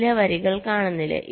ചില വരികൾ കാണുന്നില്ല